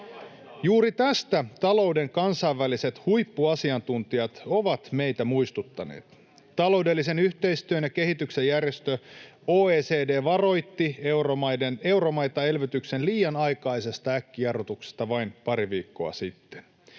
Juuri tästä talouden kansainväliset huippuasiantuntijat ovat meitä muistuttaneet. Taloudellisen yhteistyön ja kehityksen järjestö OECD varoitti euromaita elvytyksen liian aikaisesta äkkijarrutuksesta vain pari viikkoa sitten.